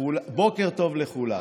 בוקר טוב לכולם.